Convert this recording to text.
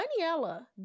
Daniela